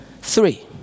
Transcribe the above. three